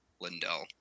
Lindell